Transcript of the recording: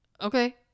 okay